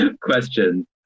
Question